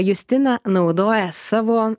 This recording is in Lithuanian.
justina naudoja savo